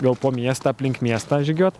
gal po miestą aplink miestą žygiuot